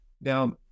Now